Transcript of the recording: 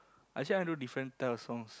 actually I want do different type of songs